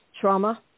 trauma